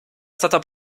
stata